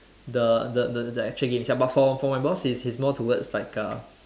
the the the actual game but for for my boss he's he's more towards like uh